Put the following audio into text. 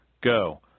Go